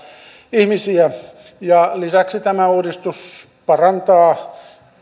ihmisiä ja lisäksi tämä uudistus parantaa